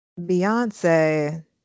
Beyonce